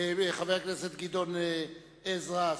חבר הכנסת גדעון עזרא,